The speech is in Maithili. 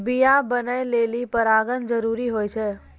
बीया बनै लेलि परागण जरूरी होय छै